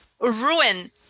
ruin